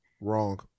Wrong